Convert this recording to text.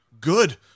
Good